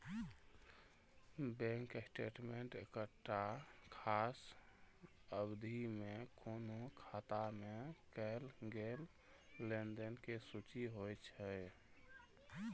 bank statement एकटा खास अवधि मे कोनो खाता मे कैल गेल लेनदेन के सूची होइ छै